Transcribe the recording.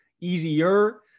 Easier